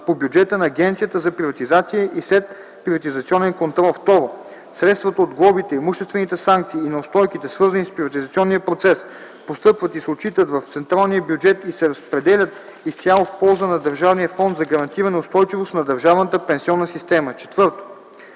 по бюджета на Агенцията за приватизация и следприватизационен контрол; 2. средствата от глобите, имуществените санкции и неустойките, свързани с приватизационния процес, постъпват и се отчитат в централния бюджет и се разпределят изцяло в полза на Държавния фонд за гарантиране устойчивост на държавната пенсионна система.” 4.